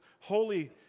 holy